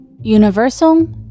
Universal